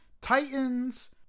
titans